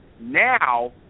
Now